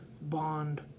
bond